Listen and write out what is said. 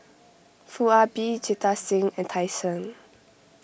Foo Ah Bee Jita Singh and Tan Shen